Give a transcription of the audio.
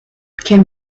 came